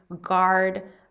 guard